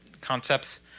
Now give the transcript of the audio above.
concepts